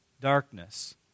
darkness